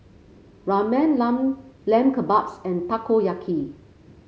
Ramen Lamb Kebabs and Takoyaki